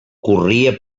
corria